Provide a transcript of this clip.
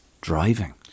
driving